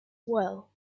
well